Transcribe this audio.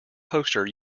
poster